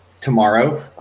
Tomorrow